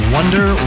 Wonder